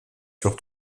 sur